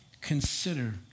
Consider